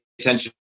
attention